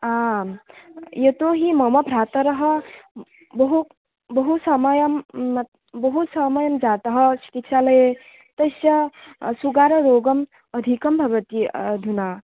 आं यतो हि मम भ्रातरः बहु बहुसमयं म् बहुसमयं जातः चिकित्सालये तस्य सुगाररोगम् अधिकं भवति अधुना